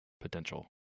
potential